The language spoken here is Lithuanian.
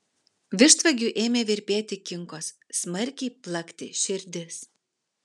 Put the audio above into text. vištvagiui ėmė virpėti kinkos smarkiai plakti širdis